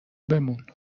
بمون